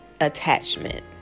Attachment